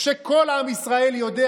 כשכל עם ישראל יודע,